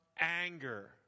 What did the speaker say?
anger